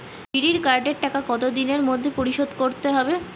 বিড়ির কার্ডের টাকা কত দিনের মধ্যে পরিশোধ করতে হবে?